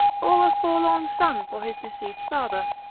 or a forlorn son for his deceased father.